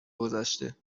گذشته